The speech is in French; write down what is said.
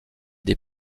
des